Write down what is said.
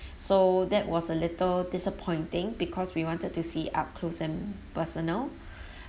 so that was a little disappointing because we wanted to see up close and personal